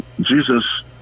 jesus